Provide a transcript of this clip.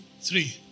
three